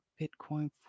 Bitcoin